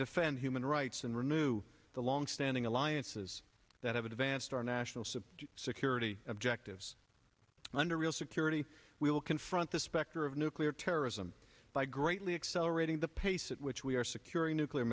defend human rights and renew the longstanding alliances that have advanced our national supt security objectives under real security we will confront the specter of nuclear terrorism by greatly accelerating the pace at which we are securing nuclear